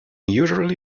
utterly